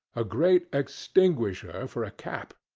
a great extinguisher for a cap,